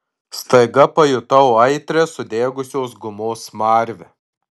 staiga pajutau aitrią sudegusios gumos smarvę